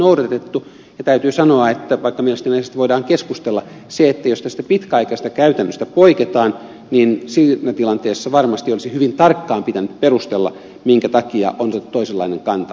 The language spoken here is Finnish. ja täytyy sanoa että vaikka mielestäni asiasta voidaan keskustella niin se että jos tästä pitkäaikaisesta käytännöstä olisi poikettu siinä tilanteessa varmasti olisi hyvin tarkkaan pitänyt perustella minkä takia on otettu toisenlainen kanta